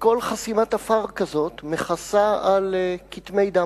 וכל חסימת עפר כזאת מכסה על כתמי דם,